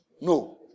No